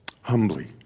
humbly